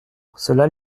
cela